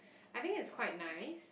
I think it's quite nice